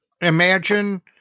Imagine